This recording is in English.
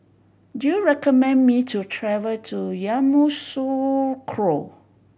do you recommend me to travel to Yamoussoukro